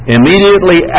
Immediately